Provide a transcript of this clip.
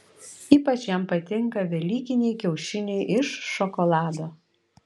ypač jam patinka velykiniai kiaušiniai iš šokolado